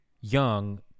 young